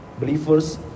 believers